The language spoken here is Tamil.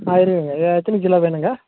ஆ இருக்குதுங்க எ எத்தனி கிலோ வேணுங்க